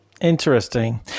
Interesting